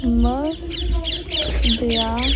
ਮਧਿਆ